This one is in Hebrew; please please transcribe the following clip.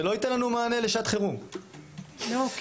עם